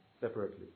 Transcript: separately